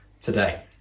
today